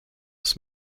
was